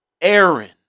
Aaron